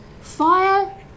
fire